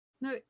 No